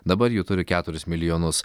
dabar jų turi keturis milijonus